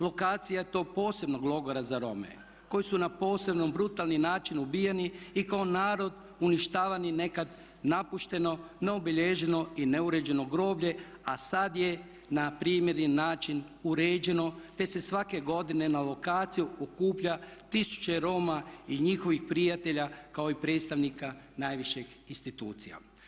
Lokacija tog posebnog logora za Rome koji su na posebno brutalni način ubijeni i kao narod uništavani na nekad napušteno, neobilježeno i neuređeno groblje a sada je na primjeren način uređeno te se svake godine na lokaciju okuplja tisuće Roma i njihovih prijatelja kao i predstavnika najviših institucija.